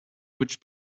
which